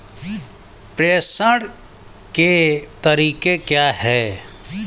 प्रेषण के तरीके क्या हैं?